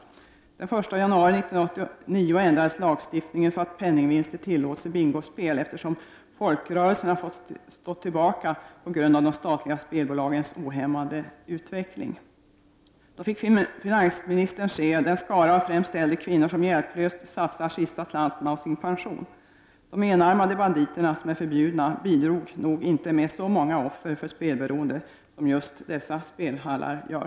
Den 1 januari 1989 ändrades lagstiftningen så att penningsvinster tillåts i bingospel, eftersom folkrörelserna har fått stå tillbaka på grund av de statliga spelbolagens ohämmade utveckling. Finansministern skulle då få se den skara av främst äldre kvinnor som hjälplöst satsa den sista slanten av sina pensioner. De enarmade banditerna, som nu är förbjudna, bidrog nog inte med så många offer för spelbereonde som just dessa bingohallar gör.